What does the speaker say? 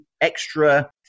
extra